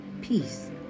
Peace